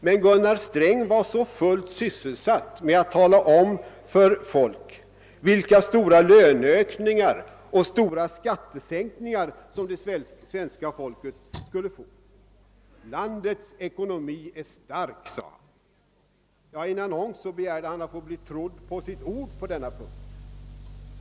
Men Gunnar Sträng var fullt sysselsatt med att tala om för folk vilka stora löneökningar och stora skattesänkningar som det svenska folket skulle få. Landets ekonomi är stark, sade han. Ja, i en annons begärde han att få bli trodd på sitt ord på denna punkt.